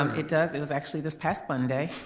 um it does. it was actually this past monday.